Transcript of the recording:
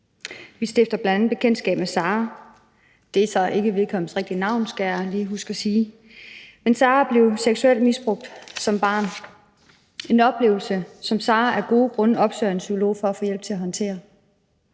Vi stifter bl.a. bekendtskab med Sara – det er så ikke vedkommendes rigtige navn, skal jeg lige huske at sige. Sara blev seksuelt misbrugt som barn, en oplevelse, som Sara af gode grunde opsøger en psykolog for at få hjælp til at håndtere.